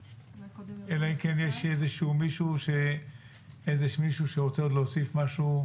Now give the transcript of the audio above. אלא אם כן, יש מישהו רוצה עוד להוסיף משהו,